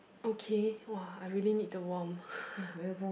okay !wah! I really need to warm